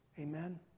Amen